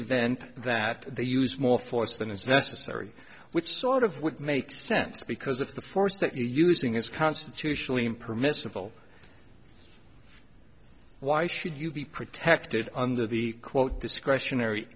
event that they use more force than is necessary which sort of would make sense because if the force that you're using is constitutionally permissible why should you be protected under the quote discretionary